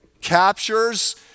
captures